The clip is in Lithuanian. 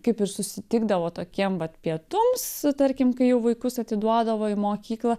kaip ir susitikdavo tokiem vat pietums tarkim kai jau vaikus atiduodavo į mokyklą